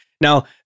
Now